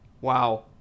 Wow